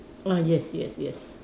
ah yes yes yes